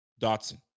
Dotson